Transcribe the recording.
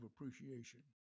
appreciation